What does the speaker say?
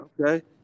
okay